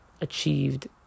achieved